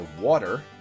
water